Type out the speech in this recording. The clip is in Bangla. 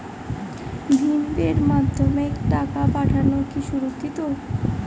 ভিম পের মাধ্যমে টাকা পাঠানো কি সুরক্ষিত?